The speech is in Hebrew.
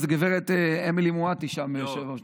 גברת אמילי מואטי שם היושבת-ראש,